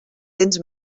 cents